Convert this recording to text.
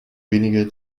wenige